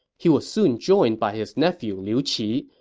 he was soon joined by his nephew liu qi,